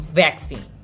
vaccine